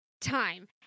Time